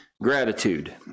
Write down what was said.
Gratitude